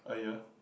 a year